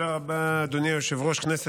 ברשות יושב-ראש הישיבה,